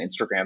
Instagram